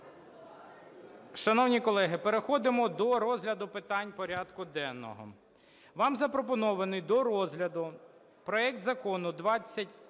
Шановні колеги, переходимо до розгляду питань порядку денного. Вам запропонований до розгляду проект закону